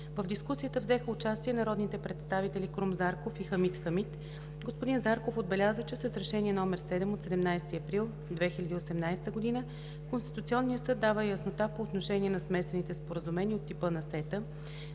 В дискусията взеха участие народните представители Крум Зарков и Хамид Хамид. Господин Зарков отбеляза, че с Решение № 7 от 17 април 2018 г. Конституционният съд дава яснота по отношение на смесените споразумения от типа на СЕТА,